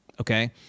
Okay